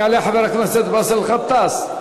יעלה חבר הכנסת באסל גטאס,